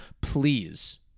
Please